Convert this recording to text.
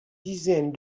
dizaines